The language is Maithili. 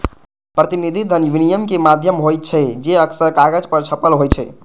प्रतिनिधि धन विनिमय के माध्यम होइ छै, जे अक्सर कागज पर छपल होइ छै